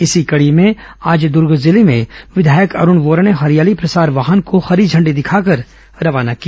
इसी कड़ी में आज दूर्ग जिले में विधायक अरूण वोरा ने हरियाली प्रसार वाहन को हरी झण्डी दिखाकर रवाना किया